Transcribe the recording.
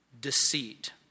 deceit